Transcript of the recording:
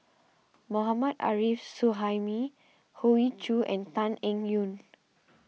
Mohammad Arif Suhaimi Hoey Choo and Tan Eng Yoon